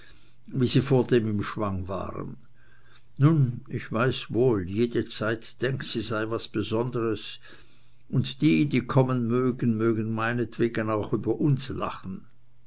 wie sie vordem im schwang waren nun ich weiß wohl jede zeit denkt sie sei was besonderes und die die kommen mögen meinetwegen auch über uns lachen